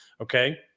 Okay